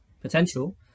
potential